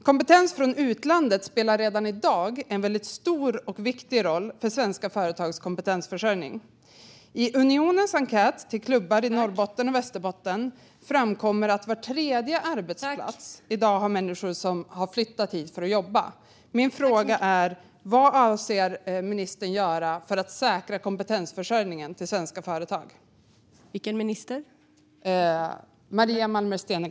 Kompetens från utlandet spelar redan i dag en väldigt stor och viktig roll för svenska företags kompetensförsörjning. I Unionens enkät till klubbar i Norrbotten och Västerbotten framkommer att var tredje arbetsplats i dag har människor som har flyttat hit för att jobba. Min fråga till Maria Malmer Stenergard är: Vad avser ministern att göra för att säkra kompetensförsörjningen till svenska företag?